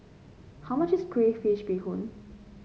how much is Crayfish Beehoon